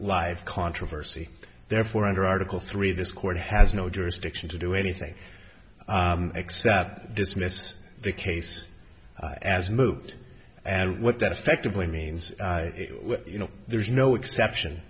live controversy therefore under article three this court has no jurisdiction to do anything except dismiss the case as moot and what that effectively means you know there's no exception